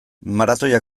maratoia